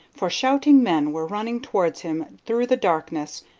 for shouting men were running towards him through the darkness,